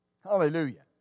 Hallelujah